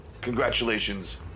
congratulations